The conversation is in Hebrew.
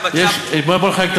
בוא נחלק את